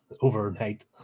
overnight